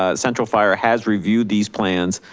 ah central fire, has reviewed these plans